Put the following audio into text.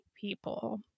people